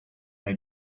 they